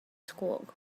squawk